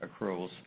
accruals